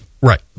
Right